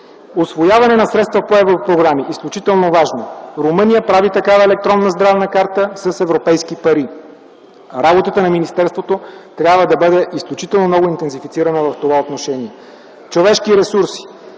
Усвояване на средства по европрограми – изключително важно. Румъния прави такава електронна здравна карта с европейски пари. Работата на министерството трябва да бъде изключително много интензифицирана в това отношение. Човешки ресурси.